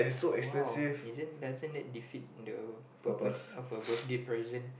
!wow! isn't doesn't that defeat the purpose of a birthday present